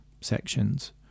sections